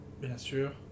bien-sûr